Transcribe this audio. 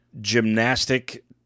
gymnastic